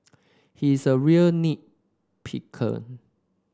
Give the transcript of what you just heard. he is a real nit picker